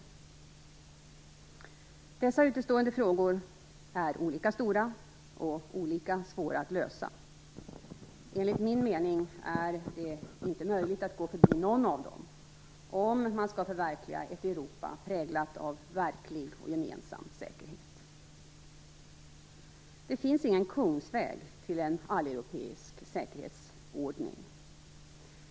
Dessa utestående frågor är olika stora och olika svåra att lösa. Enligt min mening är det inte möjligt att gå förbi någon av dem, om man skall förverkliga ett Europa präglat av verklig gemensam säkerhet. Det finns ingen kungsväg till en alleuropeisk säkerhetsordning.